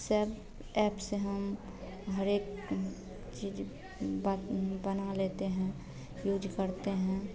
सब ऐप से हम हर एक चीज़ बत बना लेते हैं यूज़ करते हैं